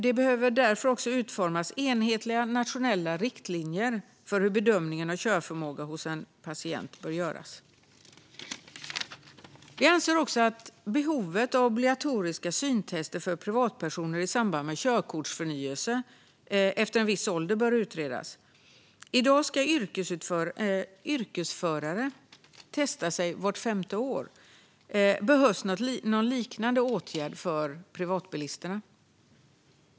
Det behöver också utformas enhetliga nationella riktlinjer för hur bedömningen av körförmåga hos en patient bör göras. Vi anser också att behovet av obligatoriska syntester för privatpersoner i samband med körkortsförnyelse efter en viss ålder bör utredas. I dag ska yrkesförare testa sig vart femte år - behövs någon liknande åtgärd för privatbilister?